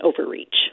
overreach